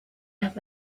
las